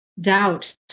doubt